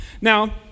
Now